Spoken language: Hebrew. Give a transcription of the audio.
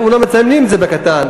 הם אומנם מציינים את זה בקטן,